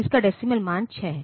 इसका डेसीमल मान 6 है